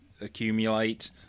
accumulate